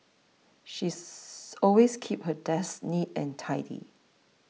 she is always keeps her desk neat and tidy